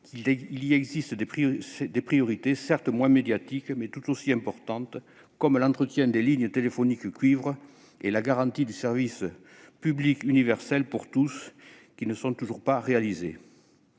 qu'il existe des priorités, certes moins médiatiques, mais tout aussi importantes, comme l'entretien des lignes téléphoniques cuivre et la garantie du service public universel pour tous, qui ne sont toujours pas réalisées.